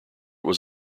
was